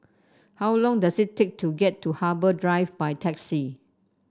how long does it take to get to Harbour Drive by taxi